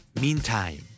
Meantime